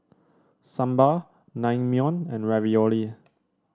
Sambar Naengmyeon and Ravioli